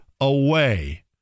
away